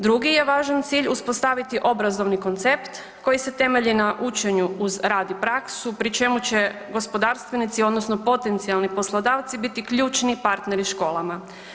Drugi je važan cilj uspostaviti obrazovni koncept koji se temelji na učenju uz rad i praksu pri čemu će gospodarstvenici odnosno potencijalni poslodavci biti ključni partneri školama.